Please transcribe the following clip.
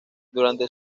durante